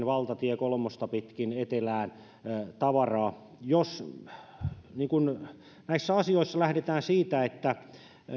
valtatie kolmosta pitkin etelään tavaraa jos näissä asioissa lähdetään siitä että